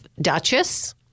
Duchess